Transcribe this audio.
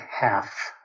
half